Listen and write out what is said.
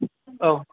औ